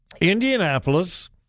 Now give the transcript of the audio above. Indianapolis